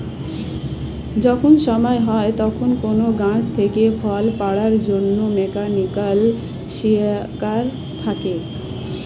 যখন সময় হয় তখন কোন গাছ থেকে ফল পাড়ার জন্যে মেকানিক্যাল সেকার থাকে